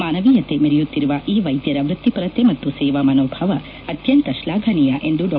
ಮಾನವೀಯತೆ ಮೆರೆಯುತ್ತಿರುವ ಈ ವೈದ್ಯರ ವೃತ್ತಿಪರತೆ ಮತ್ತು ಸೇವಾ ಮನೋಭಾವ ಅತ್ಯಂತ ಶ್ಲಾಘನೀಯ ಎಂದು ಡಾ